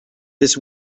this